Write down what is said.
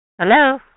Hello